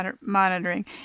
monitoring